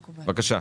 בבקשה.